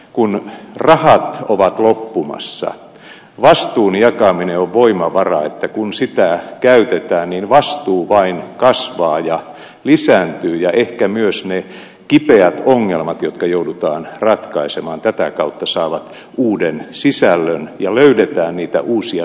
kun rahat ovat loppumassa vastuun jakaminen on voimavara että kun sitä käytetään niin vastuu vain kasvaa ja lisään ja ehkä myös meille kipeät ongelmat jotka joudutaan ratkaisemaan tätä kautta saavat uuden sisällön ja löydetään niitä uusia